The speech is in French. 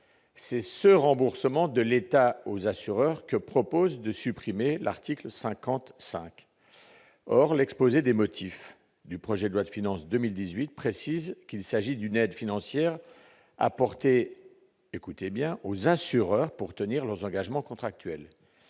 c'est ce remboursement de l'État aux assureurs que propose de supprimer l'article 50 5, or l'exposé des motifs du projet de loi de finances 2018 précise qu'il s'agit d'une aide financière apportée écoutez bien aux assureurs pour tenir leurs engagements contractuels,